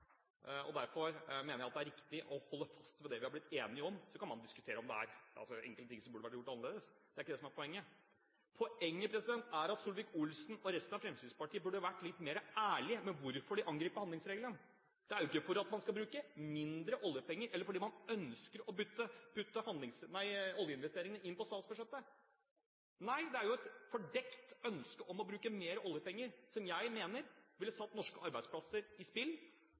handlingsregelen. Derfor mener jeg at det er riktig å holde fast ved det vi har blitt enige om, og så kan man diskutere om det er enkelte ting som burde vært gjort annerledes. Det er ikke det som er poenget. Poenget er at Solvik-Olsen og resten av Fremskrittspartiet burde vært litt mer ærlige på hvorfor de angriper handlingsregelen. Det er jo ikke for at man skal bruke mindre oljepenger, eller fordi man ønsker å putte oljeinvesteringene inn på statsbudsjettet. Nei, det er et fordekt ønske om å bruke mer oljepenger, som jeg mener ville satt norske arbeidsplasser i spill,